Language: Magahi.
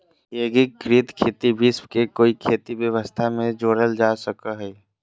एग्रिकृत खेती विश्व के कोई खेती व्यवस्था में जोड़ल जा सको हइ